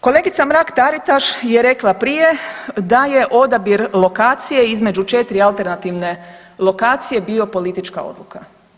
Kolegica Mrak Taritaš je rekla prije da je odabir lokacije između 4 alternativne lokacije bio politička odluka.